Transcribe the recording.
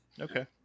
Okay